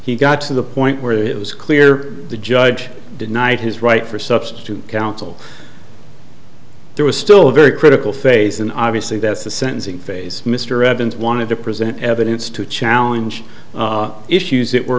he got to the point where it was clear the judge denied his right for substitute counsel there was still a very critical phase in obviously that's the sentencing phase mr evans wanted to present evidence to challenge issues it were